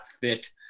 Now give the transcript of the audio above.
fit